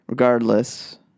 Regardless